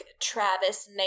Travis